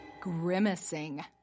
Grimacing